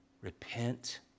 Repent